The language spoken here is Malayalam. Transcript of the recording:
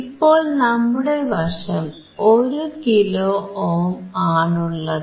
ഇപ്പോൾ നമ്മുടെ വശം 1 കിലോ ഓം ആണുള്ളത്